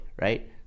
right